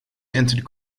entered